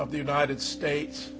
of the united states